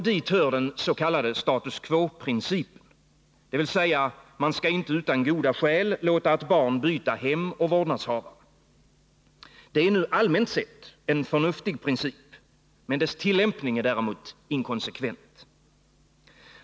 Dit hör den s.k. status quo-principen, dvs. att man inte utan goda skäl skall låta ett barn byta hem och vårdnadshavare. Det är nu allmänt sett en förnuftig princip, men dess tillämpning är inkonsekvent.